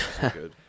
good